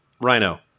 Rhino